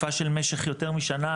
תקופה של משך יותר משנה.